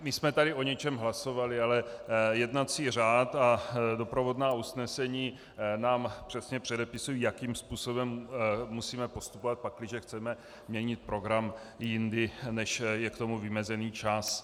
My jsme tady o něčem hlasovali, ale jednací řád a doprovodná usnesení nám přesně předepisují, jakým způsobem musíme postupovat, pakliže chceme měnit program jindy, než je k tomu vymezený čas.